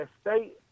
state